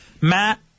Matt